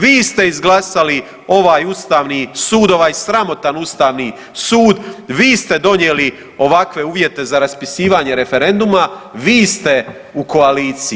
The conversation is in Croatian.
Vi ste izglasali ovaj Ustavni sud, ovaj sramotan Ustavni sud, vi ste donijeli ovakve uvjete za raspisivanje referenduma, vi ste u koaliciji.